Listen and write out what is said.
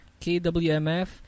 KWMF